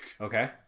Okay